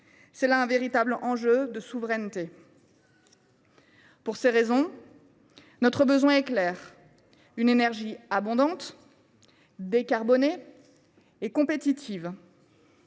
s’agit d’un véritable enjeu de souveraineté. Pour ces raisons, notre besoin est clair : une énergie abondante, décarbonée et compétitive.